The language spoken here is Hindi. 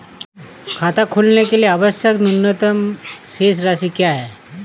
खाता खोलने के लिए आवश्यक न्यूनतम शेष राशि क्या है?